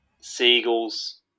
Seagulls